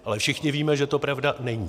Ale všichni víme, že to pravda není.